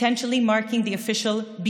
ואולי מסמן באופן רשמי את תחילת סיום